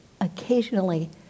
occasionally